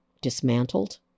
dismantled